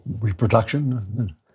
Reproduction